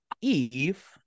eve